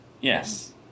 Yes